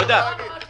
מה את רוצה להגיד?